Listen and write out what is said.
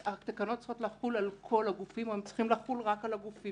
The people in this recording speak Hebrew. התקנות צריכות לחול על כל הגופים או הן צריכות לחול רק על הגופים